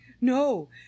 No